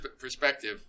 perspective